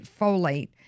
folate